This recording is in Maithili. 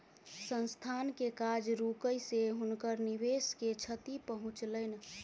संस्थान के काज रुकै से हुनकर निवेश के क्षति पहुँचलैन